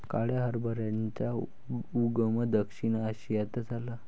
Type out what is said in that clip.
काळ्या हरभऱ्याचा उगम दक्षिण आशियात झाला